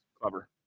clever